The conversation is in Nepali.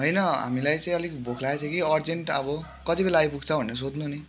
होइन हामीलाई चाहिँ अलिक भोक लागेको थियो कि अर्जेन्ट अब कतिबेला आइपुग्छ भनेर सोध्नु नि